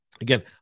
again